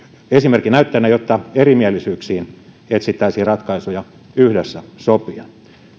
esimerkin näyttäjänä jotta erimielisyyksiin etsittäisiin ratkaisuja yhdessä sopien